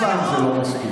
אף פעם זה לא מספיק.